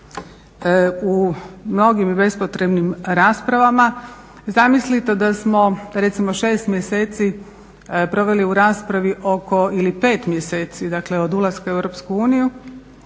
u mnogim bespotrebnim raspravama. Zamislite da smo recimo 6 mjeseci proveli u raspravi oko, ili 5 mjeseci, dakle od ulaska u EU, da